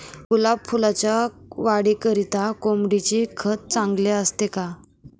गुलाब फुलाच्या वाढीकरिता कोंबडीचे खत चांगले असते का?